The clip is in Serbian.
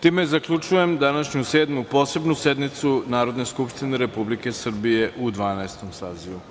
Time zaključujem današnju Sedmu posebnu sednicu Narodne skupštine Republike Srbije u Dvanaestom sazivu.